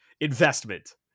investment